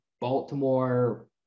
Baltimore